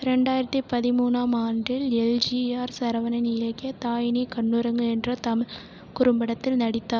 ரெண்டாயிரத்து பதிமூனாம் ஆண்டில் எல்ஜிஆர் சரவணன் இயக்கிய தாய் நீ கண்ணுறங்கு என்ற தமிழ் குறும்படத்தில் நடித்தார்